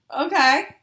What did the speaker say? Okay